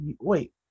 wait